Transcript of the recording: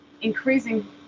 increasing